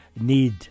need